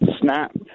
snap